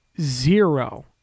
zero